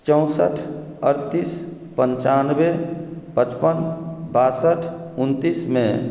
चौंसठि अठतीस पन्चानबे पचपन बासठि उनतीसमे